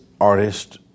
artist